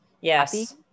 yes